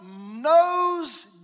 knows